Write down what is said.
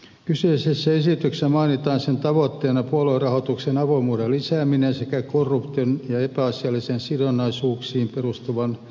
kyseisessä esityksessä mainitaan sen tavoitteena puoluerahoituksen avoimuuden lisääminen sekä korruption ja epäasiallisiin sidonnaisuuksiin perustuvan vaikuttamisen ehkäiseminen